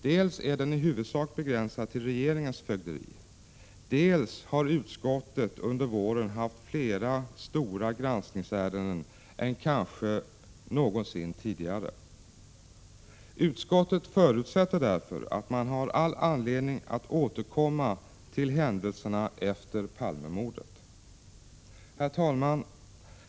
Dels är den i huvudsak begränsad till regeringens fögderi, dels har utskottet under våren haft fler stora granskningsärenden än kanske någonsin tidigare. Utskottet förutsätter därför att man har all anledning att återkomma till händelserna efter Palmemordet. Herr talman!